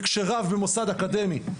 וכשרב במוסד אקדמי,